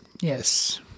Yes